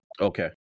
Okay